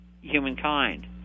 humankind